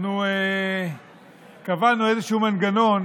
אנחנו קבענו איזשהו מנגנון